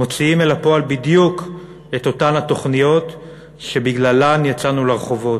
מוציאים אל הפועל בדיוק את אותן התוכניות שבגללן יצאנו לרחובות,